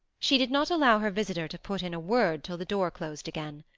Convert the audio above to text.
she did not allow her visitor to put in a word till the door closed again.